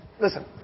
Listen